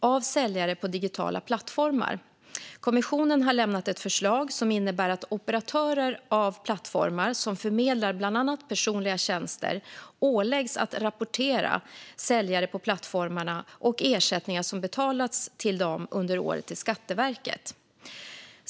av säljare på digitala plattformar. Kommissionen har lämnat ett förslag som innebär att operatörer av plattformar som förmedlar bland annat personliga tjänster åläggs att rapportera säljare på plattformarna och ersättningar som betalats till dem under året till Skatteverket.